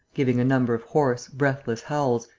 giving a number of hoarse, breathless howls,